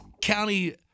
County